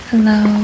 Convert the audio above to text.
Hello